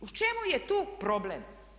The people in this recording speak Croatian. U čemu je tu problem?